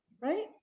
Right